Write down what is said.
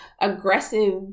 aggressive